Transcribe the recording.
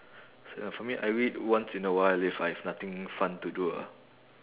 so for me I read once in a while if I've nothing fun to do ah